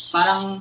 Parang